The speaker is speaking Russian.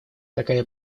такая